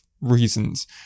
reasons